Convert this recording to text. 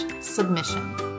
submission